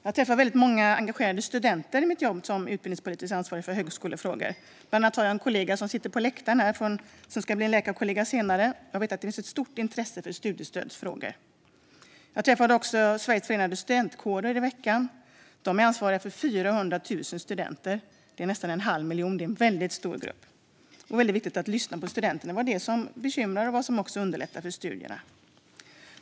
Jag träffar många engagerade studenter i mitt jobb som utbildningspolitiskt ansvarig för högskolefrågor. Bland annat har jag en blivande läkarkollega på läktaren här i dag. Jag vet att det finns ett stort intresse för studiestödsfrågor. Jag träffade organisationen Sveriges förenade studentkårer i veckan. De är ansvariga för 400 000 studenter. Det är nästan en halv miljon personer, alltså en väldigt stor grupp. Det är viktigt att lyssna på studenterna när det gäller vad som bekymrar dem och vad som kan underlätta studierna.